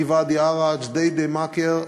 מוואדי-עארה עד ג'דיידה-מכר,